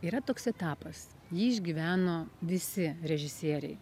yra toks etapas jį išgyveno visi režisieriai